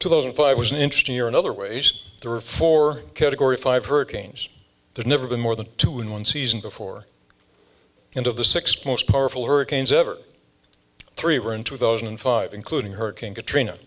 to those if i was an interesting year in other ways there were four category five hurricanes the never been more than two in one season before and of the six most powerful hurricanes ever three were in two thousand and five including hurricane katrina